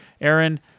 Aaron